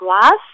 glass